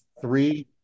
three